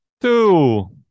two